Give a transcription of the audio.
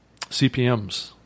CPMs